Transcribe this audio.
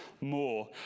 more